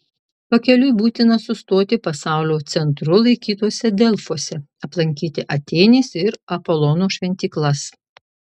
pakeliui būtina sustoti pasaulio centru laikytuose delfuose aplankyti atėnės ir apolono šventyklas